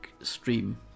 stream